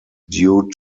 due